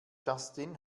justin